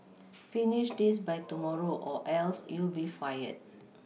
finish this by tomorrow or else you'll be fired